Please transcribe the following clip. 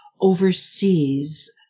overseas